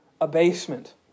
abasement